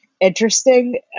interesting